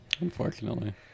unfortunately